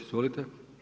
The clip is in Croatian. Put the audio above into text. Izvolite.